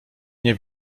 nie